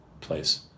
place